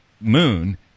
moon